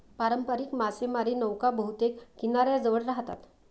पारंपारिक मासेमारी नौका बहुतेक किनाऱ्याजवळ राहतात